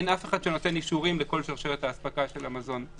אין אף אחד שנותן אישורים לכל שרשרת האספקה של המזון.